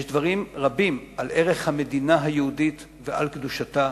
יש דברים רבים על ערך המדינה היהודית ועל קדושתה.